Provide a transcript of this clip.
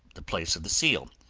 the place of the seal,